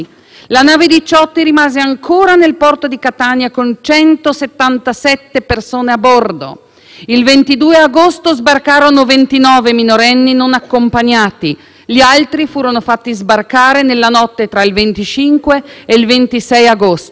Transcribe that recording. Il 22 agosto sbarcarono 29 minorenni non accompagnati. Gli altri furono fatti sbarcare nella notte tra il 25 e 26 agosto: undici giorni dopo. Per undici giorni un numeroso gruppo di migranti fu trattenuto a bordo;